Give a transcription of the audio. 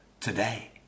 today